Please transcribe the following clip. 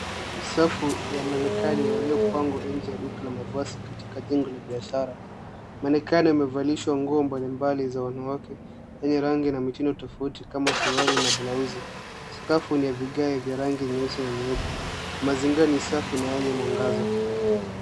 Safu ya Mannequin waliopangwa nje ya duka la mavazi katika jengo la biashara. Mannequin wamevalishwa mbali mbali za wanawake yenye rangi na mitindo tofauti kama suruali na blauzi. Sakafu ni ya vigae nyeupe na nyeusi. Mazingira ni safi na yenye mwangaza.